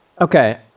Okay